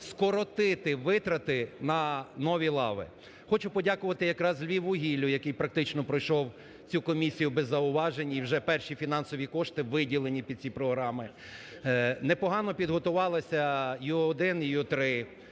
скоротити витрати на нові лави. Хочу подякувати якраз "Львіввугіллю", який практично пройшов цю комісію без зауважень, і вже перші фінансові кошти виділені під ці програми. Непогано підготувалися "Ю-1", "Ю-3".